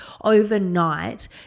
overnight